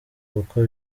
kuko